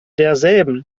derselben